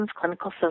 Clinical